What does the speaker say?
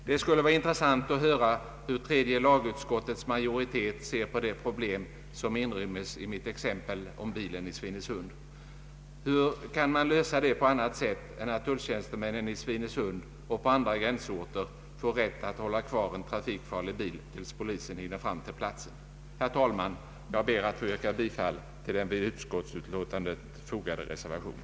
Det skulle vara intressant att höra hur tredje lagutskottets majoritet ser på det problem som inryms i mitt exempel om bilen i Svinesund. Hur kan man lösa det på annat sätt än att tulltjänstemännen i Svinesund och på andra gränsorter får rätt att hålla kvar en trafikfarlig bil tills polisen hinner komma till platsen? Herr talman! Jag ber att få yrka bifall till den vid utskottsutlåtandet fogade reservationen.